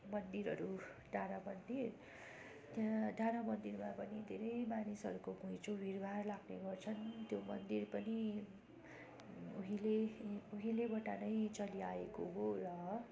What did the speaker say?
मन्दिरहरू डाँडा मन्दिर त्यहाँ डाँडा मन्दिरमा पनि धेरै मानिसहरूको घुइँचो भिड भाड लाग्ने गर्छन् त्यो मन्दिर पनि उहिले उहिलेबाट नै चलिआएको हो र